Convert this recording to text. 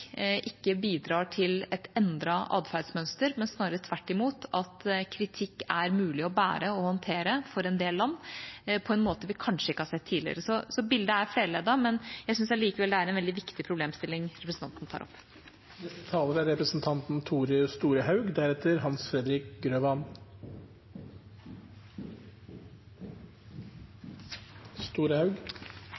ikke bidrar til et endret atferdsmønster, men snarere tvert imot at kritikk er mulig å bære og håndtere for en del land på en måte vi kanskje ikke har sett tidligere. Så bildet er flerleddet, men jeg syns allikevel det er en veldig viktig problemstilling representanten tar opp. Lat meg først takke representanten